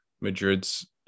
Madrid's